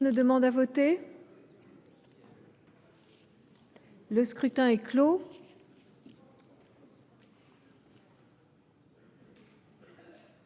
Le scrutin est clos.